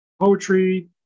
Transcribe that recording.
poetry